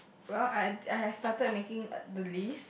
well I have I have started making the list